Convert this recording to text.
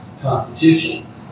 constitution